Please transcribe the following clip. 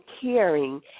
caring